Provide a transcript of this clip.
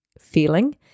feeling